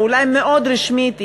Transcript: ואולי מאוד רשמית,